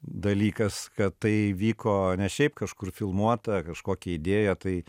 dalykas kad tai vyko ne šiaip kažkur filmuota kažkokia idėja tai